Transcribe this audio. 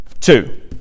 Two